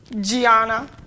Gianna